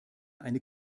eine